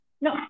No